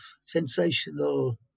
sensational